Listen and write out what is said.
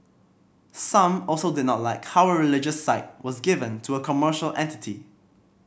some also did not like how a religious site was given to a commercial entity